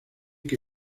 que